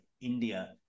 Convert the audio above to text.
India